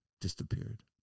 disappeared